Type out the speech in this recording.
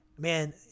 Man